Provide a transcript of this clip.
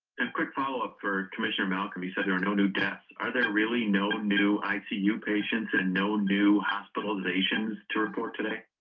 and quick follow-up for commissioner malcolm he said there are no new deaths are there really no new icu patients and no new hospitalizations to report today